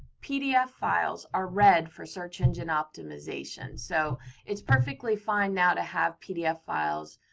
pdf files are read for search engine optimization, so it's perfectly fine now to have pdf files.